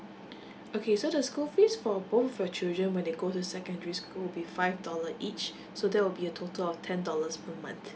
okay so the school fees for both your children when they go to secondary school will be five dollar each so that will be a total of ten dollars per month